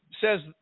says